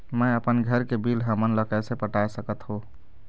मैं अपन घर के बिल हमन ला कैसे पटाए सकत हो?